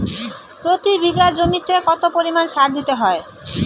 প্রতি বিঘা জমিতে কত পরিমাণ সার দিতে হয়?